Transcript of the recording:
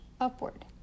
upward